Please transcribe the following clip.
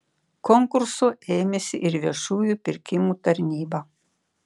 konkurso ėmėsi ir viešųjų pirkimų tarnyba